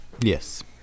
Yes